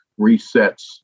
resets